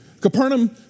Capernaum